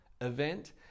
event